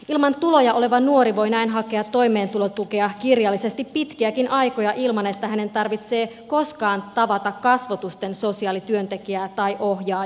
ilman tuloja oleva nuori voi näin hakea toimeentulotukea kirjallisesti pitkiäkin aikoja ilman että hänen tarvitsee koskaan tavata kasvotusten sosiaalityöntekijää tai ohjaajaa